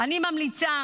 אני ממליצה